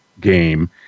game